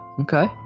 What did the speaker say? okay